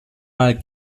mal